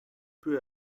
peu